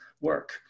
work